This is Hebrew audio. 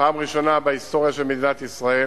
פעם ראשונה בהיסטוריה של מדינת ישראל